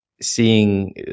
seeing